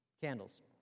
candles